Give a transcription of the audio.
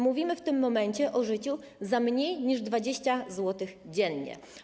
Mówimy w tym momencie o życiu za mniej niż 20 zł dziennie.